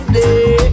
day